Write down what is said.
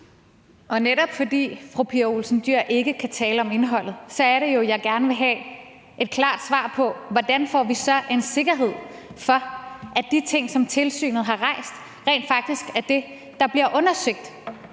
Netop fordi fru Pia Olsen Dyhr ikke kan tale om indholdet, så er det jo, at jeg gerne vil have et klart svar på, hvordan vi så får en sikkerhed for, at de ting, som tilsynet har rejst, rent faktisk er det, der bliver undersøgt.